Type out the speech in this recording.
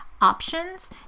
options